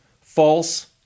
false